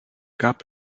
gab